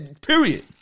Period